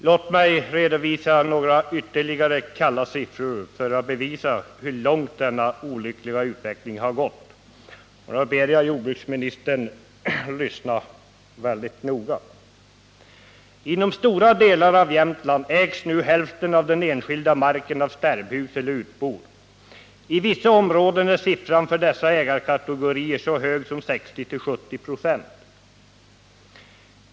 Låt mig redovisa ytterligare några kalla siffror för att bevisa hur långt denna olyckliga utveckling har gått — och då ber jag jordbruksministern lyssna mycket noga. Inom stora delar av Jämtland ägs nu hälften av den enskilda marken av stärbhus eller utbor. I vissa områden är siffran för dessa ägarkategorier så hög som 60-70 96.